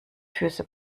füße